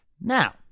now